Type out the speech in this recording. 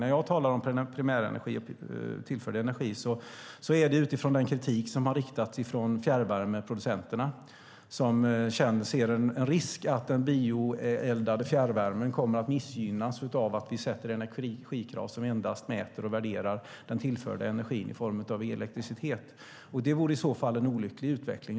När jag talar om primärenergi, tillförd energi, är det utifrån den kritik som har riktats från fjärrvärmeproducenterna som ser en risk att den bioeldade fjärrvärmen kommer att missgynnas av att vi ställer energikrav som endast mäter och värderar den tillförda energin i form av elektricitet. Det vore i så fall en olycklig utveckling.